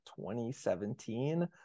2017